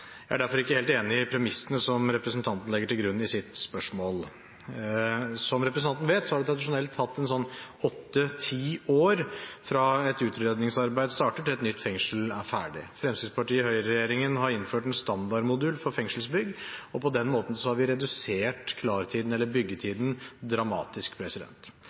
Jeg er derfor ikke helt enig i premissene som representanten legger til grunn i sitt spørsmål. Som representanten vet, har det tradisjonelt tatt rundt åtte–ti år fra et utredningsarbeid starter, til et nytt fengsel er ferdig. Høyre–Fremskrittsparti-regjeringen har innført en standardmodul for fengselsbygg, og på den måten har vi redusert klartiden, eller byggetiden, dramatisk.